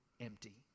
empty